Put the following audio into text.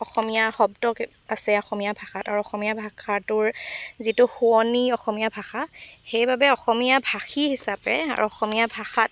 অসমীয়া শব্দ আছে অসমীয়া ভাষাত আৰু অসমীয়া ভাষাটোৰ যিটো শুৱনি অসমীয়া ভাষা সেইবাবে অসমীয়া ভাষী হিচাপে আৰু অসমীয়া ভাষাত